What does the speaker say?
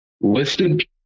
listed